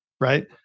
right